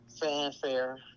fanfare